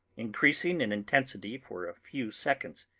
increasing in intensity for a few seconds,